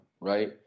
right